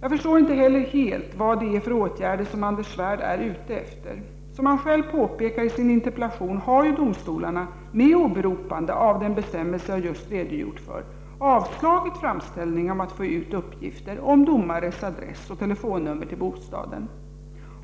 Jag förstår inte heller helt vad det är för åtgärder som Anders Svärd är ute efter. Som han själv påpekar i sin interpellation har ju domstolarna med åberopande av den bestämmelse jag just redogjort för avslagit framställningar om att få ut uppgifter om domares adress och telefonnummer till bostaden.